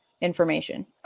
information